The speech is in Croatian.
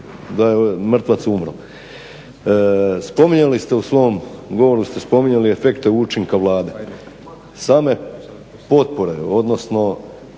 da je mrtvac umro. Spominjali ste u svom govoru efekte učinka Vlade. Same potpore odnosno